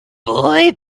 boy